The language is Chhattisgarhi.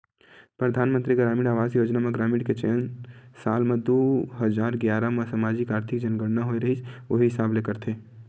परधानमंतरी गरामीन आवास योजना म ग्रामीन के चयन साल दू हजार गियारा म समाजिक, आरथिक जनगनना होए रिहिस उही हिसाब ले करथे